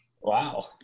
Wow